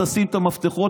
תשים את המפתחות,